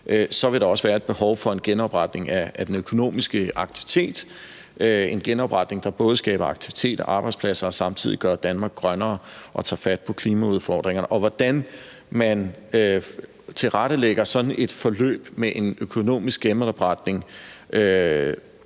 vil der også være et behov for en genopretning af den økonomiske aktivitet, en genopretning, der skaber aktivitet og arbejdspladser og samtidig gør Danmark grønnere og tager fat på klimaudfordringerne. Hvordan man tilrettelægger sådan et forløb med en økonomisk genopretning